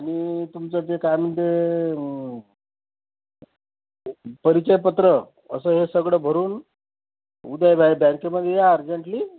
आणि तुमचं ते काय म्हणते परिचयपत्र असं हे सगळं भरून उद्या बँकेमध्ये या अर्जंटली